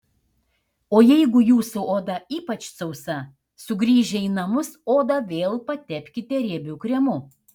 o jeigu jūsų oda ypač sausa sugrįžę į namus odą vėl patepkite riebiu kremu